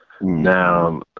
Now